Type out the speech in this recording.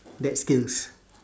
that skills